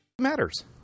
Matters